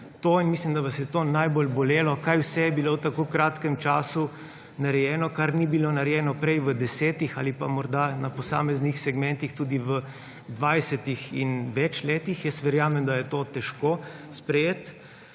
to in mislim, da vas je to najbolj bolelo, kaj vse je bilo v tako kratkem času narejeno, kar ni bilo narejeno prej v desetih ali pa morda na posameznih segmentih tudi v dvajsetih in več letih. Jaz verjamem, da je to težko sprejeti.